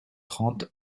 trente